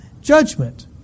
judgment